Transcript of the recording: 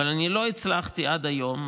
אבל לא הצלחתי עד היום,